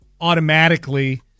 automatically